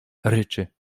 ryczy